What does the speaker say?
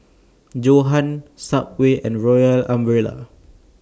Johan Subway and Royal Umbrella